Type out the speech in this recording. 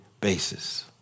basis